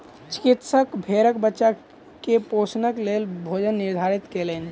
चिकित्सक भेड़क बच्चा के पोषणक लेल भोजन निर्धारित कयलैन